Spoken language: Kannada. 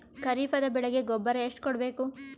ಖರೀಪದ ಬೆಳೆಗೆ ಗೊಬ್ಬರ ಎಷ್ಟು ಕೂಡಬೇಕು?